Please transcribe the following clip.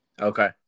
Okay